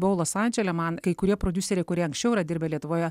buvau los andžele man kai kurie prodiuseriai kurie anksčiau yra dirbę lietuvoje